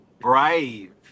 brave